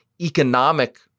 economic